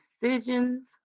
decisions